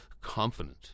confident